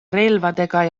relvadega